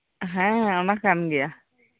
ᱦᱮᱸ ᱚᱱᱟ ᱠᱟᱱ ᱜᱮᱭᱟ